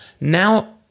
now